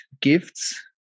gifts